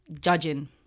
judging